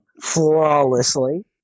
Flawlessly